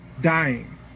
dying